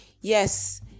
yes